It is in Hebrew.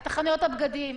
את חנויות הבגדים,